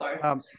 Sorry